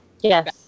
Yes